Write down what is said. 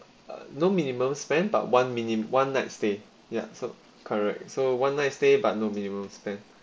uh no minimum spend but one mini one night stay ya so correct so one night stay but no minimum spend